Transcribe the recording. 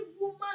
woman